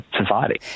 society